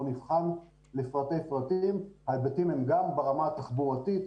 הוא נבחן לפרטי פרטים ההיבטים הם גם ברמה התחבורתית,